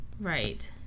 Right